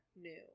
new